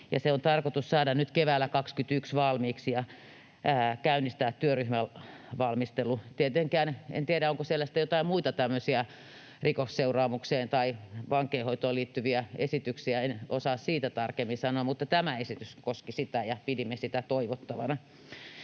se on tarkoitus saada nyt keväällä 21 valmiiksi ja käynnistää työryhmävalmistelu. Tietenkään en tiedä, onko siellä sitten jotain muita tämmöisiä rikosseuraamukseen tai vankeinhoitoon liittyviä esityksiä — en osaa siitä tarkemmin sanoa — mutta tämä esitys koski sitä, ja pidimme sitä toivottavana.